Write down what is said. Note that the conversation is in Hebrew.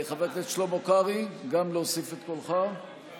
חבר הכנסת שלמה קרעי, גם להוסיף את קולך בעד,